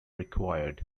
required